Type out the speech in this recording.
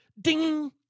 ding